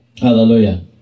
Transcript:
Hallelujah